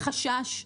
חשש,